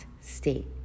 state